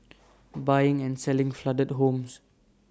buying and selling flooded homes